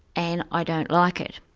and i don't like it'.